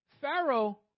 Pharaoh